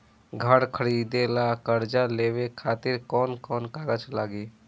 घर खरीदे ला कर्जा लेवे खातिर कौन कौन कागज लागी?